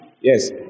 Yes